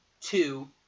two